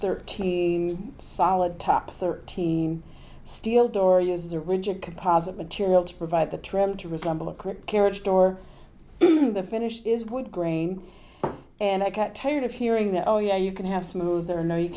thirteen solid top thirteen steel door uses a rigid composite material to provide the trim to resemble a quick carriage door the finish is wood grain and i get tired of hearing that oh yeah you can have to move there no you